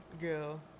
girl